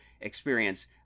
experience